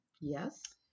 yes